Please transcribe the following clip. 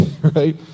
right